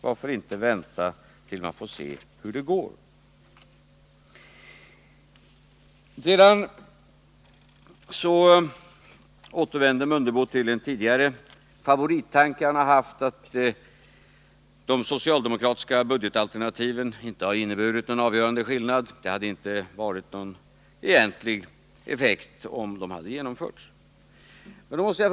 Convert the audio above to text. Varför inte vänta tills man får se hur det går? Ingemar Mundebo återvänder till en tidigare favorittanke som han har haft, nämligen att de socialdemokratiska budgetalternativen inte hade inneburit någon avgörande skillnad. Det hade inte blivit någon egentlig effekt om de hade genomförts, säger han.